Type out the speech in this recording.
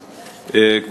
תודה,